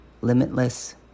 limitless